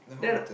then